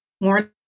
more